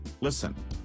Listen